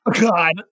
God